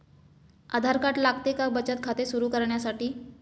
आधार card लागते का बचत खाते सुरू करण्यासाठी?